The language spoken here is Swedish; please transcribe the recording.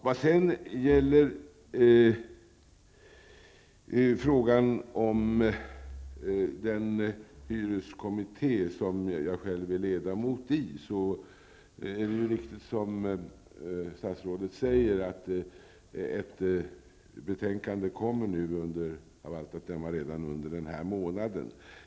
När det gäller den hyreskommitté som jag själv är ledamot i är det riktigt som statsrådet säger att ett betänkande av allt att döma kommer redan denna månad.